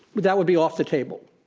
that would be off the table.